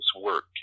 work